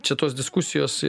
čia tos diskusijos